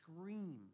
scream